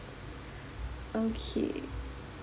okay